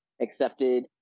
accepted